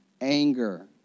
anger